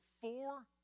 four